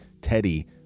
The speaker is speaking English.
Teddy